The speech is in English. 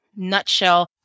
nutshell